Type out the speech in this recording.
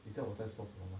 你知道在我说什么吗